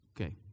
okay